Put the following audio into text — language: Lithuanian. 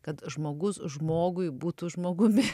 kad žmogus žmogui būtų žmogumi